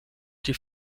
die